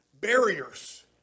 barriers